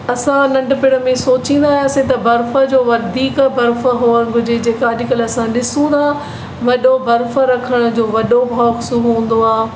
असां नंढपिणु में सोचींदा हुआसीं त बर्फ़ जो वधीक बर्फ़ हुजनि घुरिजे जेका अॼुकल्ह असां ॾिसूं था वॾो बर्फ़ रखण जो वॾो बॉक्स हूंदो आहे